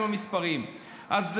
על המספרים.